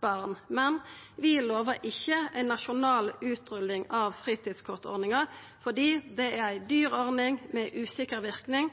barn, men vi lovar ikkje ei nasjonal utrulling av fritidskortordninga, for det er ei dyr ordning med usikker verknad.